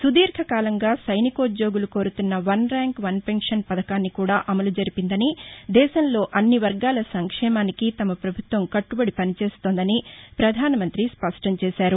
సుదీర్ఘ కాలంగా సైనికోద్యోగులు కోరుతున్న వన్ ర్యాంక్ వన్ పెన్షన్ పథకాన్ని కూడా అమలు జరిపిందని దేశంలో అన్ని వర్గాల సంక్షేమానికి పభుత్వం కట్టుబడి పని చేస్తోందని పధాన మంతి స్పష్ణం చేశారు